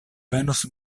venos